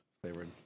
flavored